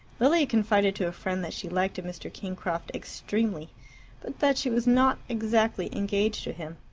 lilia confided to a friend that she liked a mr. kingcroft extremely, but that she was not exactly engaged to him.